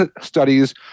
studies